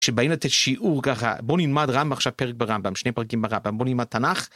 כשבאים לתת שיעור ככה, בוא נלמד רמב״ם, עכשיו פרק ברמב״ם, שני פרקים ברמב״ם, בוא נלמד תנ״ך...